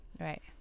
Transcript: right